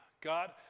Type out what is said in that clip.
God